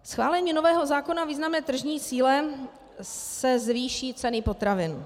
Schválením nového zákona o významné tržní síle se zvýší ceny potravin.